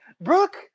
Brooke